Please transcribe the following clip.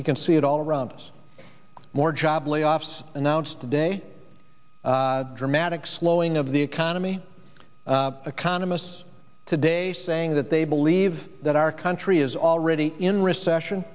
we can see it all runs more job layoffs announced today dramatic slowing of the economy economists today saying that they believe that our country is already in recession